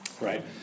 Right